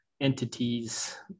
entities